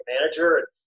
manager